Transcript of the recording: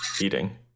eating